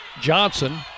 Johnson